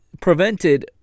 prevented